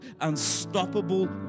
unstoppable